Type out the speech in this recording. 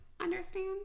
understand